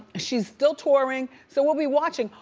she's still touring, so we'll be watching.